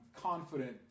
confident